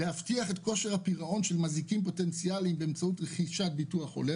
להבטיח את כושר הפירעון של מזיקים פוטנציאליים באמצעות רכישת ביטוח הולם